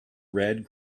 red